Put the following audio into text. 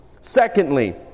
Secondly